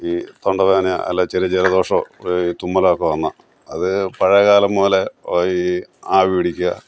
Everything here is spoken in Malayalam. ഈ തൊണ്ടവേദനയോ അല്ലെങ്കില് ചെറിയ ജലദോഷമോ തുമ്മലോ ഒക്കെ വന്നാല് അത് പഴയ കാലം മുതലെ ഈ ആവി പിടിക്കുക